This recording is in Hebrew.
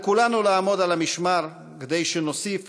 על כולנו לעמוד על המשמר כדי שנוסיף